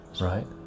right